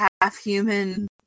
half-human